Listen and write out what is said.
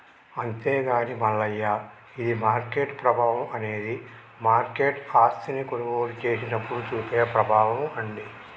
అంతేగాని మల్లయ్య ఇది మార్కెట్ ప్రభావం అనేది మార్కెట్ ఆస్తిని కొనుగోలు చేసినప్పుడు చూపే ప్రభావం అండి